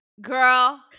Girl